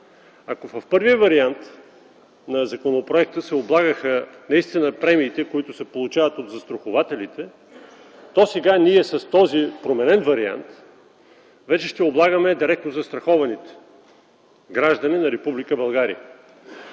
Ако в първия вариант на законопроекта се облагаха наистина премиите, които се получават от застрахователите, то сега с този променен вариант ние вече ще облагаме директно застрахованите граждани на Република